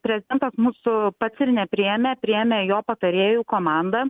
prezidentas mūsų pats ir nepriėmė priėmė jo patarėjų komanda